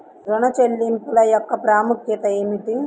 ఋణ చెల్లింపుల యొక్క ప్రాముఖ్యత ఏమిటీ?